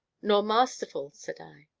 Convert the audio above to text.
nor masterful! said i.